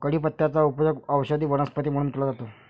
कढीपत्त्याचा उपयोग औषधी वनस्पती म्हणून केला जातो